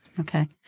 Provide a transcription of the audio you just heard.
Okay